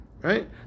Right